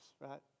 right